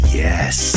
yes